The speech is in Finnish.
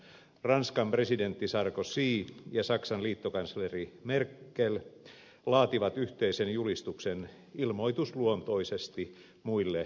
ranskan presidentti sarkozy ja saksan liittokansleri merkel laativat yhteisen julistuksen ilmoitusluontoisesti muille jäsenmaille